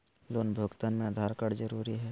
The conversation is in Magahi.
लोन भुगतान में आधार कार्ड जरूरी है?